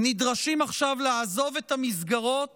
נדרשים עכשיו לעזוב את המסגרות